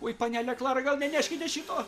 oi panele klara gal neneškite šito